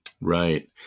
Right